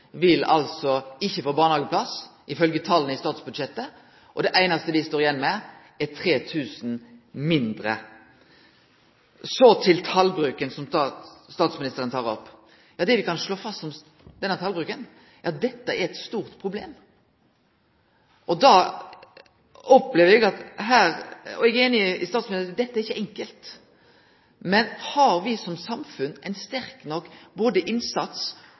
ikkje vil få barnehageplass – ifølgje tala i statsbudsjettet. Det einaste dei står att med, er 3 000 kr mindre. Så til talbruken som statsministeren tek opp. Det vi kan slå fast om denne talbruken, er at dette er eit stort problem. Eg er einig med statsministeren i at dette ikkje er enkelt. Men har vi som samfunn ein sterk nok innsats